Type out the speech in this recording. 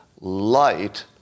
light